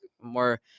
more